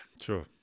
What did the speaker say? Sure